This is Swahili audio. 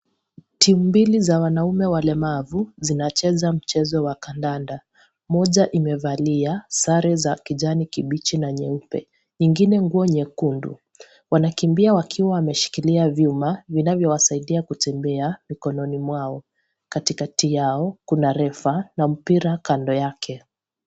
Timu mbili za wanaume walemavu zinacheza mchezo wa kandanda mmoja imevalia sare za kijana kibichi na nyeupe nyingine nguo nyekundu wanakimbia wakiwa wameshikilia vyuma vinavyowasaidia kutembea mikononi mwao katikati yao kuna refa na mpira kando yake.